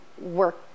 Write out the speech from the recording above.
work